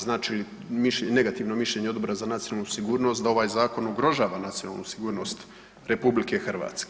Znači li negativno mišljenje Odbora za nacionalnu sigurnost da ovaj zakon ugrožava nacionalnu sigurnost RH?